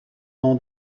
nom